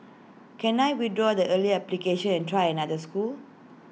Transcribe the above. can I withdraw the earlier application and try another school